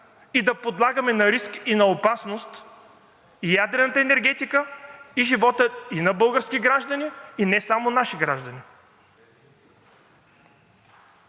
и да подлагаме на риск и на опасност ядрената енергетика и живота и на български граждани, и не само наши граждани.